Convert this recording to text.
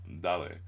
Dale